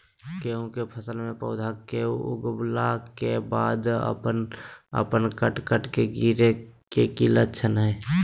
गेहूं के फसल में पौधा के उगला के बाद अपने अपने कट कट के गिरे के की लक्षण हय?